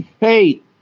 Hey